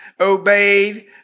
obeyed